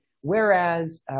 whereas